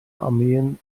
armeen